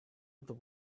other